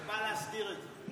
אלא בא להסדיר את זה.